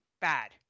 bad